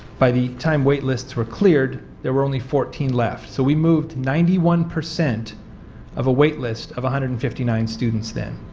by the time wait lists were cleared, there were only fourteen left. so we moved ninety one percent of waitlist of one hundred and fifty nine students then.